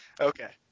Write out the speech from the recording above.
Okay